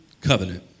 covenant